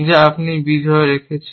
যা আপনি b ধরে রেখেছেন